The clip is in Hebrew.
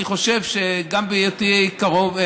אני חושב שגם בהיותי קרוב,